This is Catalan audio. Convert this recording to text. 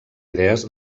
idees